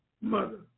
mother